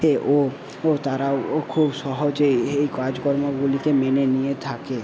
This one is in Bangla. কে ও ও তারাও ও খুব সহজেই এই কাজকর্মগুলিকে মেনে নিয়ে থাকে